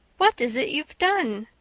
what is it you've done?